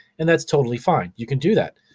and that's totally fine. you can do that.